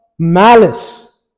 Malice